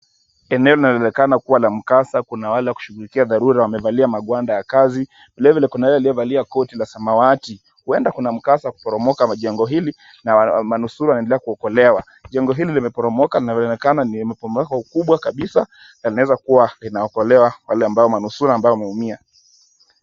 Eneo linaonekana kuwa la mkasa, Kuna wale wa kushughulikia dharura, wamevalia magwanda ya kazi, vilevile kuna yule aliyevalia koti la samawati. Huenda kuna mkasa wa kuporomoka kwa jengo hili na manusura wanaendelea kuokolewa. Jengo hili limeporomoka na linaonekana limeporomoka kwa ukubwa kabisa na linaweza kuwa, linaokolewa wale manusura ambao wameumia.